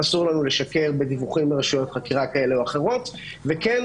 אסור לנו לשקר בדיווחים על רשויות חקירה כאלה ואחרות וכן,